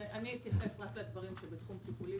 אני אתייחס רק לדברים שבתחום טיפולי,